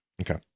okay